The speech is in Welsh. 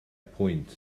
pwynt